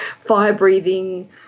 fire-breathing